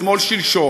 אתמול-שלשום,